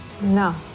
No